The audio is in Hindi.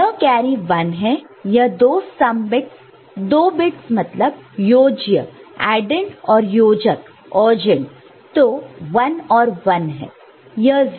यह कैरी 1 है यह दो सम बिट्स दो बिट्स मतलब योज्य एडेंड addend और योजक ऑःजेन्ड augend तो 1 और 1